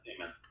Amen